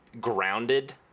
grounded